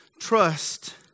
trust